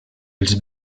els